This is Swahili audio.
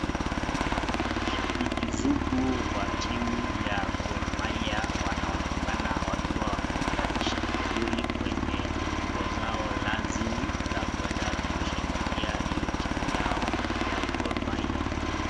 Mashabiki sugu wa timu wa Gormahia, wanaonekana wakiwa wamejivalisha vizuri kwenye nguo zao rasmi za kwenda kushabikia hiyo timu yao ya Gormahia.